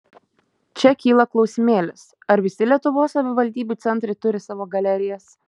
čia kyla klausimėlis ar visi lietuvos savivaldybių centrai turi savo galerijas